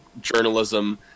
journalism